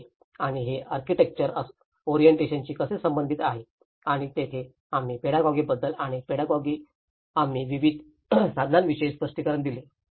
तर हे आणि हे आर्किटेक्चरल ओरिएन्टेशनशी कसे संबंधित आहे आणि तिथेच आम्ही पेडागॉगी बद्दल आणि पेडागॉगी आम्ही विविध साधनांविषयी स्पष्टीकरण दिले